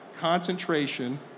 concentration